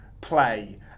play